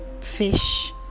fish